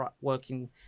working